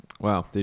Wow